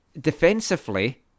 defensively